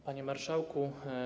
Panie Marszałku!